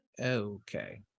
Okay